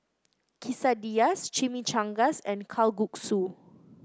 Quesadillas Chimichangas and Kalguksu